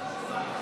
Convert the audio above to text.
קדנציה שלמה,